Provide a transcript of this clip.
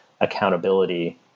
accountability